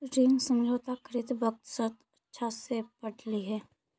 ऋण समझौता करित वक्त शर्त अच्छा से पढ़ लिहें